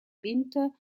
winter